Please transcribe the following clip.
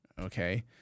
Okay